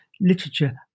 literature